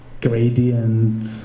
gradient